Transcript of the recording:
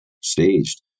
staged